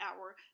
hour